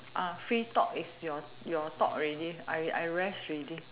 uh free talk is your your talk already I I rest ready